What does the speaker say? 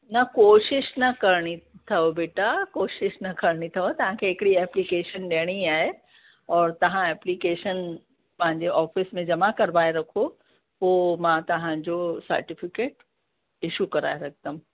न कोशिशि न करिणी अथव बेटा कोशिशि न करिणी अथव तव्हांखे हिकिड़ी एप्लीकेशन ॾियणी आहे और तव्हां एप्लीकेशन मुंहिंजे ऑफ़िस में जमा करवाए रखो पोइ मां तव्हांजो सर्टिफ़िकेट इशू कराए रखंदमि